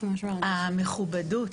המכובדות,